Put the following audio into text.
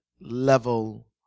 level